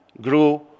grew